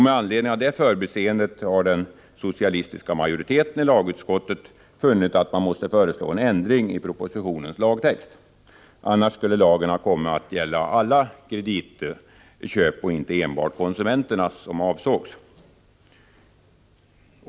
Med anledning av det förbiseendet har den socialdemokratiska majoriteten i lagutskottet funnit att man måste föreslå en ändring av propositionens lagtext. Annars skulle lagen komma att gälla alla kreditköp och inte enbart konsumenters, som avsågs.